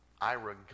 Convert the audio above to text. Ira